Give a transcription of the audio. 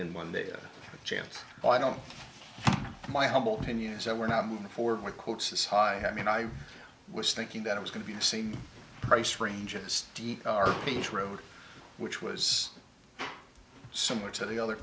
in one day a chance why don't my humble opinion is that we're not moving forward with quotes as high i mean i was thinking that i was going to be the same price ranges are beach road which was similar to the other